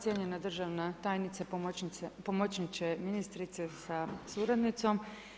Cijenjena državna tajnica, pomoćnice ministrice sa suradnicom.